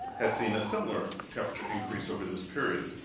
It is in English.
has seen a similar temperature increase over this period.